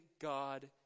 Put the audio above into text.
God